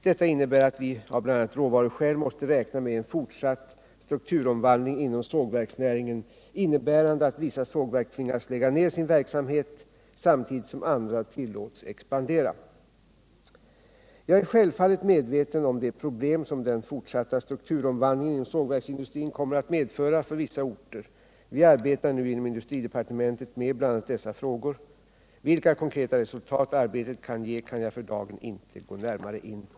Detta innebär att vi av bl.a. råvaruskäl måste räkna med en fortsatt strukturomvandling inom sågverksnäringen innebärande att vissa sågverk tvingas lägga ned sin verksamhet samtidigt som andra tillåts expandera. Jag är självfallet medveten om de problem som den fortsatta strukturomvandlingen inom sågverksindustrin kommer att medföra för vissa orter. Vi arbetar nu inom industridepartementet med bl.a. dessa frågor. Vilka konkreta resultat arbetet kan ge kan jag för dagen inte gå närmare in på.